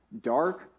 dark